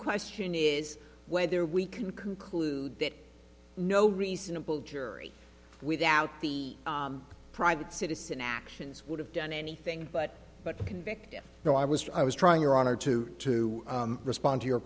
question is whether we can conclude that no reasonable jury without the private citizen actions would have done anything but but to convict him no i was i was trying your honor to to respond to your